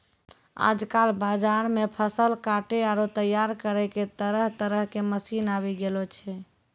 आजकल बाजार मॅ फसल काटै आरो तैयार करै के तरह तरह के मशीन आबी गेलो छै